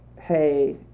hey